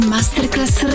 Masterclass